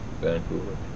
Vancouver